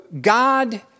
God